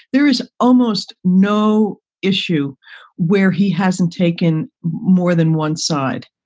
there is almost no issue where he hasn't taken more than one side.